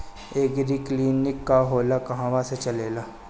एगरी clinic का होला कहवा से चलेँला?